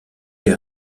les